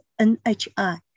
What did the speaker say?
NHI